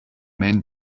men